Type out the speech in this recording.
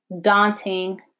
daunting